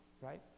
right